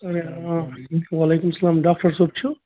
إں إں وعلیکُم السَلام ڈاکٹر صٲب چھُو